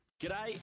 G'day